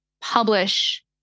publish